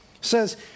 says